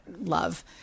love